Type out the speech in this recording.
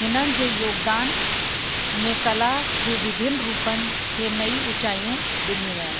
हिननि जे योगदान में कला जे विभिन्न रुपनि खे नईं ऊचायूं ॾिनियूं आहिनि